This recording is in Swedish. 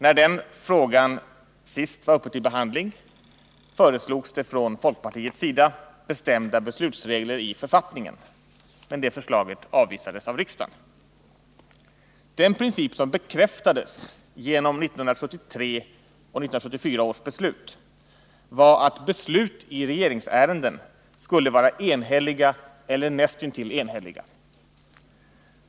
När den frågan senast var uppe till behandling föreslogs det från folkpartiets sida bestämda beslutsregler i författningen, men det förslaget avvisades av riksdagen. Den princip som bekräftades genom 1973 och 1974 års beslut var att beslut i regeringsärenden 53 skulle vara enhälliga eller näst intill enhälliga.